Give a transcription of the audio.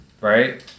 right